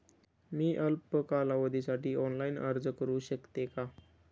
मी अल्प कालावधीसाठी ऑनलाइन अर्ज करू शकते का?